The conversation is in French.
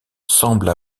semble